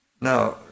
Now